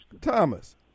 Thomas